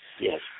Yes